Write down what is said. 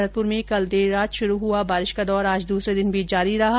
भरतपुर में कल देर रात शुरु हुआ बारिश का दौर आज दूसर्रे दिन भी जारी रहा